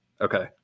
Okay